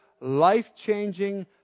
life-changing